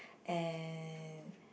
and